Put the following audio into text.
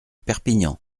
perpignan